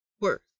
worth